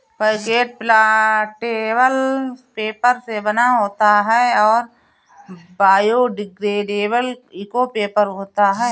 packet plantable paper से बना होता है और बायोडिग्रेडेबल इको पेपर होता है